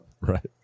right